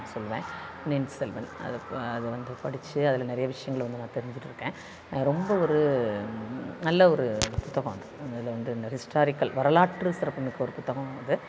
சொல்லுவேன் பொன்னியின் செல்வன் அதை ப அதை வந்து படிச்சு அதில் நிறையா விஷயங்கள வந்து நான் தெரிஞ்சிட்டுருக்கேன் ரொம்ப ஒரு நல்ல ஒரு புத்தகம் அது அந்த இதில் வந்து இந்த ஹிஸ்ட்டாரிக்கல் வரலாற்று சிறப்பு மிக்க ஒரு புத்தகம் அது